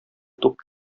туп